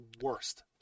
worst